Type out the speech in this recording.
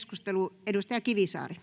— Edustaja Juuso.